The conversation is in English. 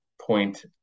point